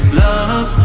love